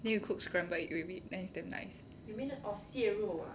then you cook scrambled egg with it then it's damn nice